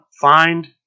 Find